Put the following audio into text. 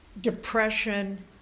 depression